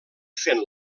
fent